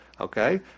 okay